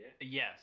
Yes